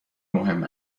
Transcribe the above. مهم